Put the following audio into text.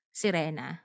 sirena